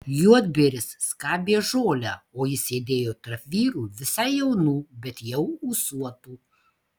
juodbėris skabė žolę o jis sėdėjo tarp vyrų visai jaunų bet jau ūsuotų